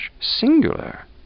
singular